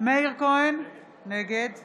מאיר כהן, נגד